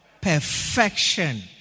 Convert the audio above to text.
Perfection